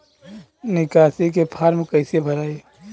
निकासी के फार्म कईसे भराई?